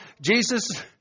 Jesus